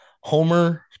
Homer